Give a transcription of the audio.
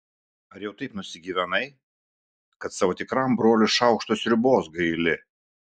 ar jau taip nusigyvenai kad savo tikram broliui šaukšto sriubos gaili